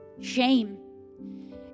shame